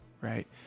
right